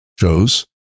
shows